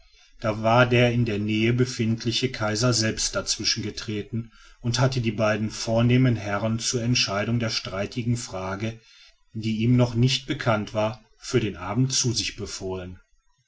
da war der in der nähe befindliche kaiser selbst dazwischen getreten und hatte die beiden vornehmen herren zur entscheidung der streitigen frage die ihm noch nicht bekannt war für den abend zu sich befohlen